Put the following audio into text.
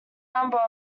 number